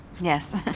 Yes